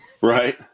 Right